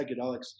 psychedelics